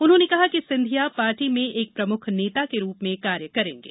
उन्होंने कहा कि सिंधिया पार्टी में एक प्रमुख नेता के रूप में कार्य करेंगे